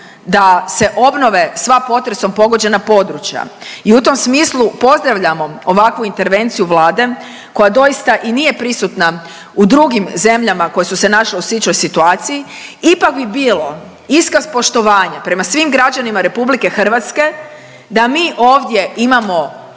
da se obnove sva potresom pogođena područja i u tom smislu pozdravljamo ovakvu intervenciju Vlade koja doista i nije prisutna u drugim zemljama koje su se našle u sličnoj situaciji ipak bi bilo iskaz poštovanja prema svim građanima RH da mi ovdje imamo